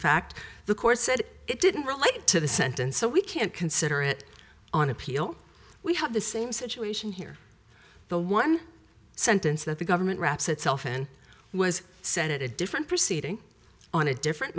fact the court said it didn't relate to the sentence so we can't consider it on appeal we have the same situation here the one sentence that the government wraps itself in was set at a different proceeding on a different